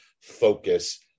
focus